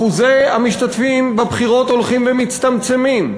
אחוזי המשתתפים בבחירות הולכים ומצטמצמים,